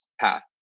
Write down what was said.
path